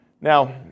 Now